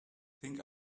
think